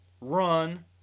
run